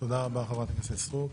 תודה רבה, חברת הכנסת סטרוק.